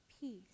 peace